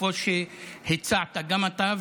כמו שהצעת אתה,